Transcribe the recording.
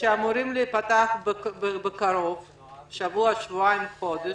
שאמורים להיפתח בקרוב, תוך שבוע, שבועיים או חודש,